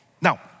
Now